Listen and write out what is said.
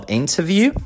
interview